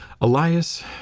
Elias